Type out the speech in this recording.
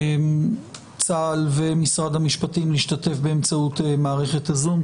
צה"ל ומשרד המשפטים, להשתתף באמצעות מערכת הזום.